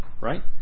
right